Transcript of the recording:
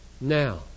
Now